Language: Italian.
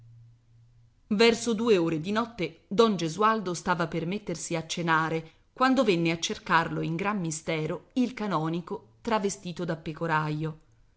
verso due ore di notte don gesualdo stava per mettersi a cenare quando venne a cercarlo in gran mistero il canonico travestito da